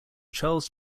charles